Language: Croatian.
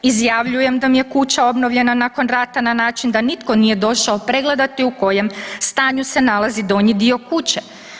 Izjavljujem da mi je kuća obnovljena nakon rata na način da nitko nije došao pregledati u kojem stanju se nalazi donji dio kuće.